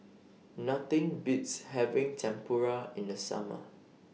Nothing Beats having Tempura in The Summer